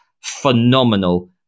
phenomenal